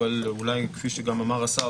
אבל אולי כפי שגם אמר השר,